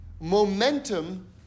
momentum